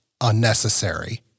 unnecessary